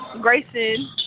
Grayson